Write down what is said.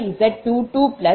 50 0